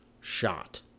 shot